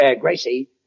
Gracie